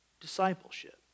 discipleship